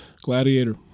gladiator